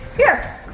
here.